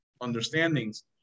understandings